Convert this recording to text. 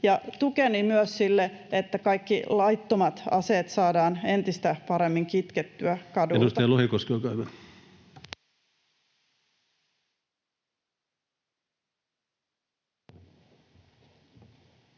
Tukeni myös sille, että kaikki laittomat aseet saadaan entistä paremmin kitkettyä kaduilta.